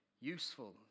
useful